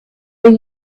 were